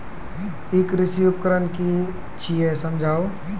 ई कृषि उपकरण कि छियै समझाऊ?